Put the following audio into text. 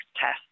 test